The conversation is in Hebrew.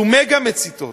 זה מגה-מסיתות.